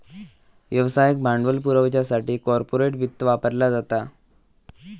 व्यवसायाक भांडवल पुरवच्यासाठी कॉर्पोरेट वित्त वापरला जाता